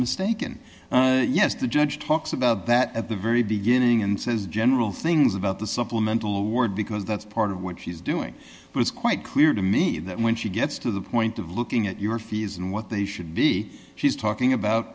mistaken yes the judge talks about that at the very beginning and says general things about the supplemental word because that's part of what she's doing it was quite clear to me that when she gets to the point of looking at your fees and what they should be she's talking about